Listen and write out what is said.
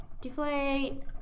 Deflate